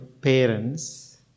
parents